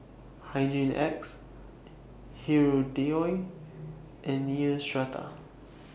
Hygin X Hirudoid and Neostrata